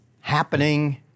happening